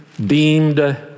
deemed